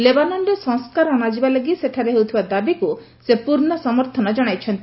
ଲେବାନନ୍ରେ ସଂସ୍କାର ଅଣାଯିବା ଲାଗି ସେଠାରେ ହେଉଥିବା ଦାବିକୁ ସେ ପୂର୍ଣ୍ଣ ସମର୍ଥନ ଜଣାଇଛନ୍ତି